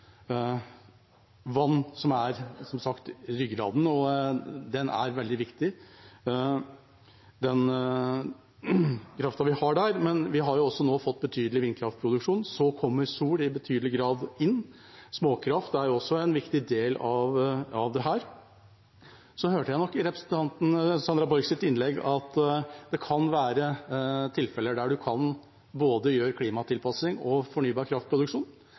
vann – som er, som sagt, ryggraden, og den kraften vi har der, er veldig viktig – men nå har vi også fått betydelig vindkraftproduksjon. Så kommer sol i betydelig grad inn. Småkraft er også en viktig del av dette. Så hørte jeg i representanten Sandra Borchs innlegg at det kan være tilfeller der man kan gjøre både klimatilpasning og fornybar kraftproduksjon